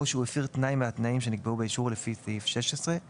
או שהוא הפר תנאי מהתנאים שנקבעו באישור לפי סעיף 16;